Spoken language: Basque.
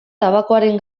tabakoaren